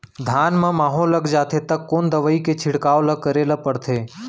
धान म माहो लग जाथे त कोन दवई के छिड़काव ल करे ल पड़थे?